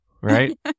right